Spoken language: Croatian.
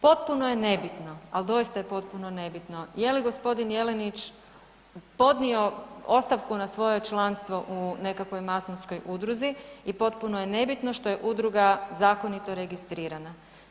Potpuno je nebitno, ali doista je potpuno nebitno je li g. Jelenić podnio ostavku na svoje članstvo u nekakvoj masonskoj udruzi i potpuno je nebitno što je udruga zakonito registrirana.